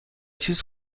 چیز